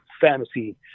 fantasy